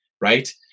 right